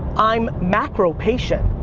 i'm macro patient.